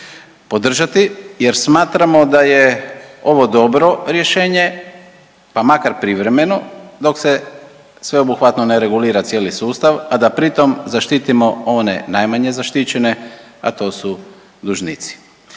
podržati jer smatramo da je ovo dobro rješenje, pa makar privremeno dok se sveobuhvatno ne regulira cijeli sustav, a da pritom zaštitimo one najmanje zaštićene, a to su dužnici.